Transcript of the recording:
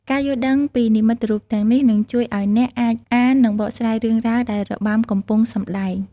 ការយល់ដឹងពីនិមិត្តរូបទាំងនេះ នឹងជួយឱ្យអ្នកអាច អាន និងបកស្រាយរឿងរ៉ាវដែលរបាំកំពុងសំដែង។